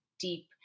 deep